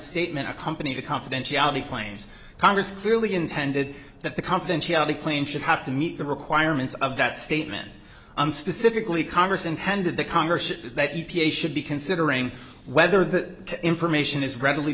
statement a company the confidentiality claims congress clearly intended that the confidentiality claim should have to meet the requirements of that statement and specifically congress intended the congress that u p a should be considering whether the information is readily